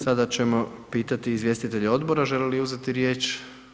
Sada ćemo pitati izvjestitelja odbora želi li uzeti riječ?